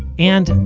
and,